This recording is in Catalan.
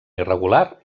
irregular